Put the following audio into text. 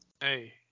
Hey